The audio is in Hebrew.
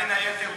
בין היתר,